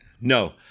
No